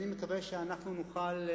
אני מקווה שאנחנו נוכל,